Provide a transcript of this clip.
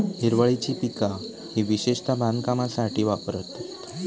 हिरवळीची पिका ही विशेषता बांधकामासाठी वापरतत